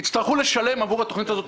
יצטרכו לשלם עבור התכנית הזאת,